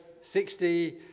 sixty